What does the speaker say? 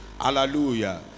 Hallelujah